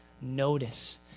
Notice